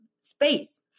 space